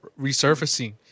resurfacing